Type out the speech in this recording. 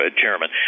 chairman